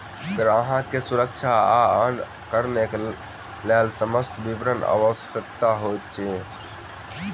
ग्राहक के सुरक्षा आ अन्य कारणक लेल समस्त विवरण आवश्यक होइत अछि